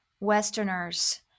Westerners